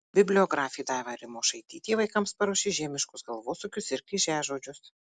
bibliografė daiva rimošaitytė vaikams paruošė žiemiškus galvosūkius ir kryžiažodžius